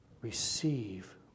receive